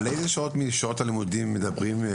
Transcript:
על איזה שעות משעות הלימודים מדברים?